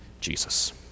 Jesus